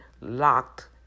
locked